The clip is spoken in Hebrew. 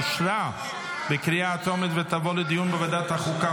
אושרה בקריאה טרומית ותעבור לדיון בוועדת החוקה,